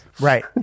Right